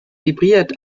vibriert